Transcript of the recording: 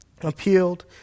appealed